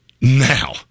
Now